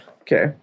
Okay